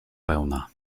pełna